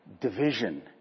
Division